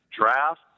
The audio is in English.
draft